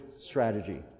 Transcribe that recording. strategy